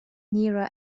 nearer